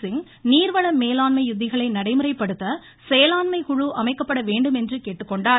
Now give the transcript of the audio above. சிங் நீர்வள மேலாண்மை யுக்திகளை நடைமுறைப்படுத்த செயலாண்மை குழு அமைக்கப்பட வேண்டும் எனக் கேட்டுக்கொண்டார்